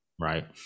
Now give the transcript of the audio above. Right